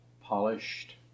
Polished